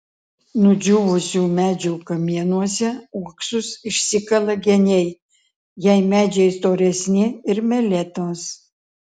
nudžiūvusių medžių kamienuose uoksus išsikala geniai jei medžiai storesni ir meletos